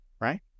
right